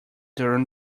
during